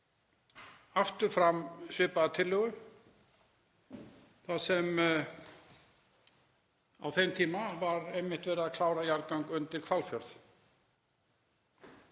aftur fram svipaða tillögu en á þeim tíma var einmitt verið að klára jarðgöng undir Hvalfjörð.